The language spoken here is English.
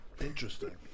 Interesting